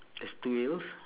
there's two wheels